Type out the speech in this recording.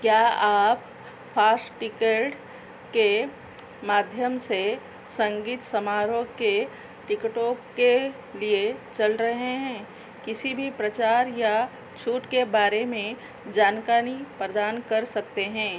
क्या आप fast ticket के माध्यम से संगीत समारोह के टिकटों के लिए चल रहे हैं किसी भी प्रचार या छूट के बारे में जानकारी प्रदान कर सकते हैं